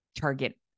target